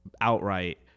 outright